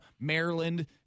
Maryland